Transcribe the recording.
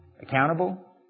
Accountable